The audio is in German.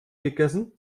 gegessen